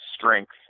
strength